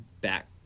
back